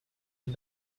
and